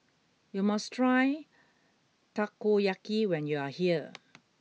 you must try Takoyaki when you are here